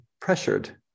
pressured